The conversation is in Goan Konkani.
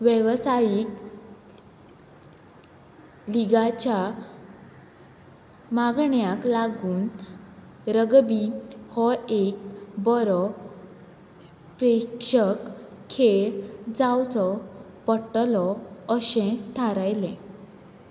वेवसायीक लिगाच्या मागण्याक लागून रगबी हो एक बरो प्रेक्षक खेळ जावचो पडटलो अशें थारायलें